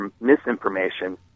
misinformation